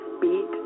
beat